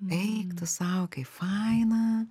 eik tu sau kaip faina